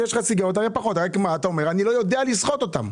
שבסיגריות יש פחות אלא שאתה אומר שאתה לא יודע לסחוט אותן.